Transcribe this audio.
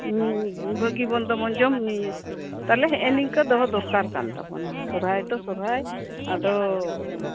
ᱦᱩᱸ ᱵᱷᱟᱹᱜᱤᱼᱢᱚᱱᱫᱚ ᱵᱚᱱ ᱡᱚᱢᱼᱧᱩᱭᱟ ᱛᱟᱞᱦᱮ ᱱᱮᱜᱼᱮ ᱱᱤᱝᱠᱟᱹ ᱫᱚᱦᱚ ᱫᱚᱨᱠᱟᱨ ᱠᱟᱱ ᱛᱟᱵᱚᱱᱟ ᱥᱚᱨᱦᱟᱭ ᱛᱚ ᱥᱚᱨᱦᱟᱭ ᱟᱫᱚ